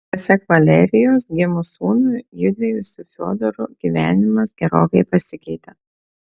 pasak valerijos gimus sūnui judviejų su fiodoru gyvenimas gerokai pasikeitė